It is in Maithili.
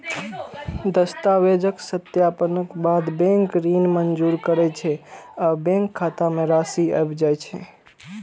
दस्तावेजक सत्यापनक बाद बैंक ऋण मंजूर करै छै आ बैंक खाता मे राशि आबि जाइ छै